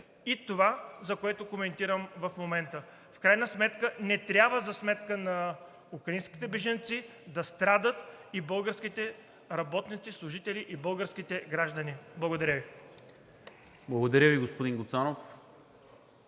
и това, за което коментирам в момента. В крайна сметка не трябва за сметка на украинските бежанци да страдат и българските работници, служители, и българските граждани. Благодаря Ви! ПРЕДСЕДАТЕЛ НИКОЛА МИНЧЕВ: Благодаря Ви, господин Гуцанов.